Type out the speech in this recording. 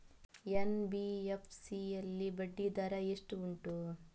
NBFC ಯಲ್ಲಿ ಬಡ್ಡಿ ದರ ಎಷ್ಟು ಉಂಟು?